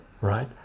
right